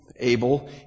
Abel